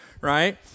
right